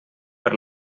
per